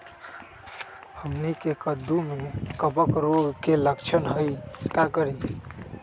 हमनी के कददु में कवक रोग के लक्षण हई का करी?